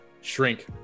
shrink